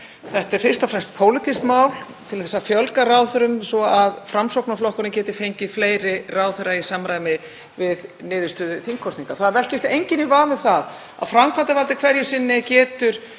Þetta er fyrst og fremst pólitískt mál til að fjölga ráðherrum svo að Framsóknarflokkurinn geti fengið fleiri ráðherra í samræmi við niðurstöðu þingkosninga. Það velkist enginn í vafa um það að framkvæmdarvaldið getur